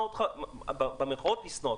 במירכאות לשנוא,